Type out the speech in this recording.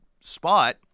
spot